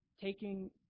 Taking